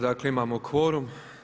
Dakle imamo kvorum.